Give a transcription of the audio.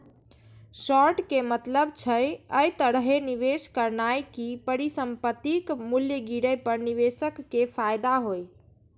short के मतलब छै, अय तरहे निवेश करनाय कि परिसंपत्तिक मूल्य गिरे पर निवेशक कें फायदा होइ